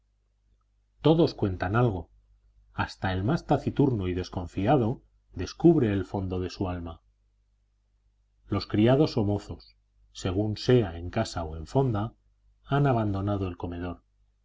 todos cuentan algo hasta el más taciturno y desconfiado descubre el fondo de su alma los criados o mozos según que sea en casa o en fonda han abandonado el comedor ya